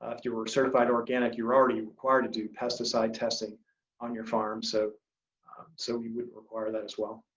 ah if you were certified organic, you're already required to do pesticide testing on your farm. so so we wouldn't require that as well.